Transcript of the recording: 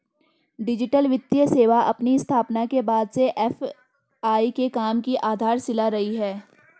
digital वित्तीय सेवा अपनी स्थापना के बाद से ए.एफ.आई के काम की आधारशिला रही है